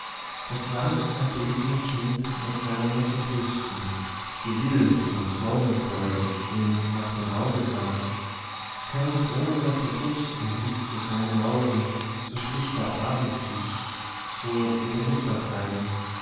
das lang erbetne kind an seiner mutter brüsten die wild und sorgenvoll ihm nach dem auge sah kein drohender verdruß umblitzte seine morgen so schlich der abend sich so wie der mittag ein